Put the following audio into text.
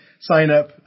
sign-up